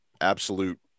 absolute